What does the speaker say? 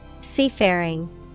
Seafaring